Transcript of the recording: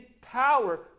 power